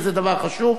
וזה דבר חשוב,